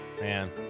man